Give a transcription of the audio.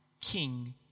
king